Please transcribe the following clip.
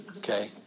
Okay